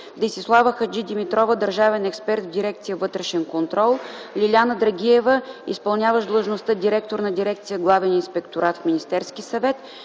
Десислава Хаджидимитрова – държавен експерт в дирекция „Вътрешен контрол”, Лиляна Драгиева – изпълняващ длъжността на дирекция „Главен инспекторат” в Министерския съвет,